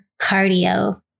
cardio